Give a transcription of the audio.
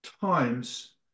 times